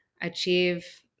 achieve